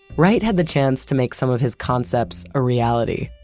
wright had the chance to make some of his concepts a reality,